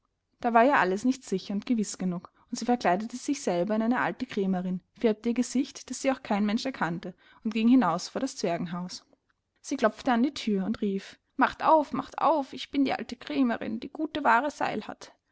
da war ihr alles nicht sicher und gewiß genug und sie verkleidete sich selber in eine alte krämerin färbte ihr gesicht daß sie auch kein mensch erkannte und ging hinaus vor das zwergenhaus sie klopfte an die thür und rief macht auf macht auf ich bin die alte krämerin die gute waare seil hat